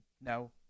no